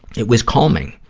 it was calming.